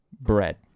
Bread